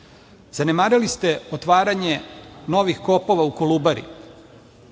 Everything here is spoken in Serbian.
energijom. Zanemarili ste otvaranje novih kopova u Kolubari,